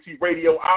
radio